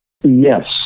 Yes